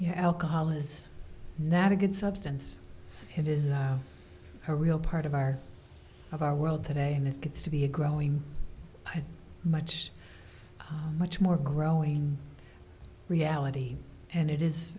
yeah alcohol is not a good substance it is a real part of our of our world today and it gets to be a growing much much more growing reality and it is